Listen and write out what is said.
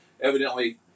evidently